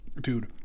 Dude